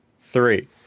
three